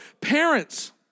parents